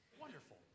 Wonderful